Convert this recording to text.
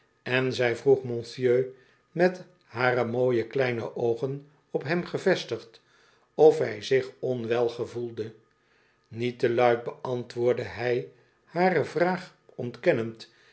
en zij vroeg monsieur met hare mooie kleine oogen op hem gevestigd of hij zich onwel gevoelde niet te luid beantwoordde hij hare vraag ontkennend